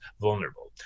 vulnerable